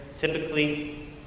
typically